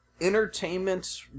entertainment